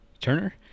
Turner